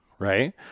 right